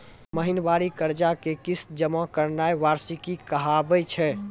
महिनबारी कर्जा के किस्त जमा करनाय वार्षिकी कहाबै छै